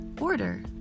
order